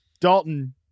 Dalton